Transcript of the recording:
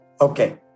Okay